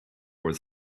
was